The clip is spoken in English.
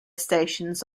stations